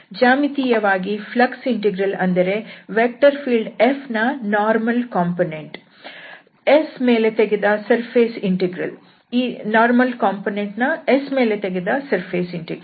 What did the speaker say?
ಜ್ಯಾಮಿತೀಯವಾಗಿ flux integral ಅಂದರೆ vector field F ನ normal component ನ S ಮೇಲೆ ತೆಗೆದ ಸರ್ಫೇಸ್ ಇಂಟೆಗ್ರಲ್